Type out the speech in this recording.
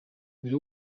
buri